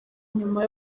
nyuma